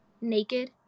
naked